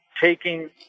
taking